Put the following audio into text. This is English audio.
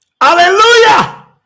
Hallelujah